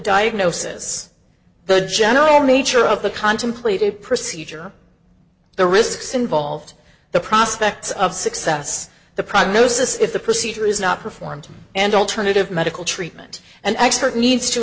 diagnosis the general nature of the contemplated procedure the risks involved the prospects of success the prognosis if the procedure is not performed and alternative medical treatment an expert needs to